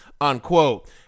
unquote